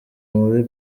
muri